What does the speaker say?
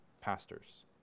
pastors